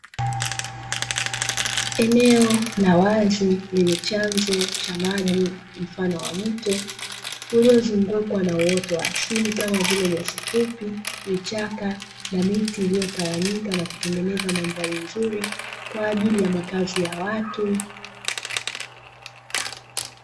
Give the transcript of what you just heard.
Eneo la wazi lenye chanzo cha maji mfano wa mto uliozungukwa na uoto wa asili kama vile nyasi fupi, vichaka, miti iliyotawanyika iliyo tengeneza madhari nzuri kwajili ya makazi ya watu.